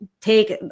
take